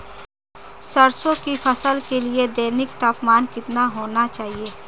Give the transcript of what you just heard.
सरसों की फसल के लिए दैनिक तापमान कितना होना चाहिए?